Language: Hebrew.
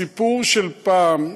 הסיפור של פעם,